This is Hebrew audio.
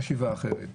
חשיבה אחרת.